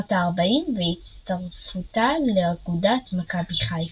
בשנות ה-40 והצטרפותה לאגודת מכבי חיפה.